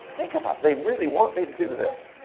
think about, they really want me to do this.